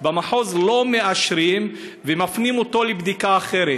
במחוז לא מאשרים ומפנים אותו לבדיקה אחרת.